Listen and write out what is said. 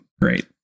great